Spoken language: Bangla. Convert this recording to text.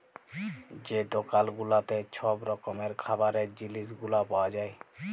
যে দকাল গুলাতে ছব রকমের খাবারের জিলিস গুলা পাউয়া যায়